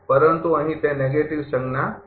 પરંતુ અહીં તે નકારાત્મક સંજ્ઞા છે